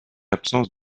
absence